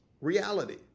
reality